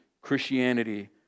Christianity